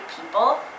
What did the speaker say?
people